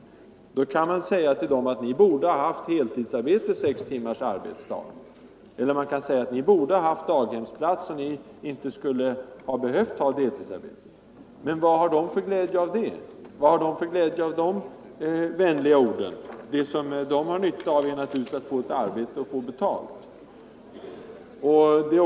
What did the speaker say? Man kan naturligtvis säga till dem att de borde ha haft ett heltidsarbete med sex timmars arbetsdag, att de borde ha haft daghemsplats så att de inte behövt ta deltidsarbete, osv. Men vad har de för glädje av de vänliga orden? Vad de har nytta av är naturligtvis att få ett arbete och få betalt för det.